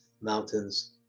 mountains